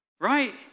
Right